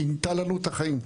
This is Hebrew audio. שינתה לנו את החיים.